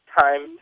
time